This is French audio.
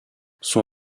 son